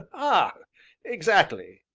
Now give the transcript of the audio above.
ah exactly!